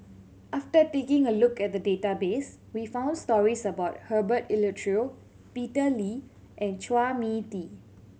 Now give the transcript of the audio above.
after taking a look at the database we found stories about Herbert Eleuterio Peter Lee and Chua Mee Tee